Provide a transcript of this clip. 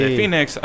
Phoenix